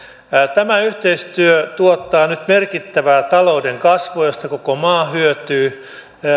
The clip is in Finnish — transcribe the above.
tämä yhteistyö tuottaa nyt merkittävää talouden kasvua josta koko maa hyötyy ja